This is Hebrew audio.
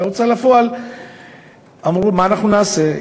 ההוצאה לפועל אמרו: מה אנחנו נעשה?